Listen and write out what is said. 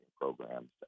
programs